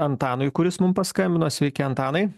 antanui kuris mum paskambino sveiki antanai